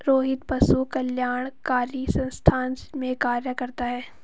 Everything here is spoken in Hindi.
रोहित पशु कल्याणकारी संस्थान में कार्य करता है